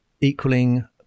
equaling